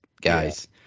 guys